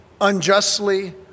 unjustly